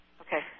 Okay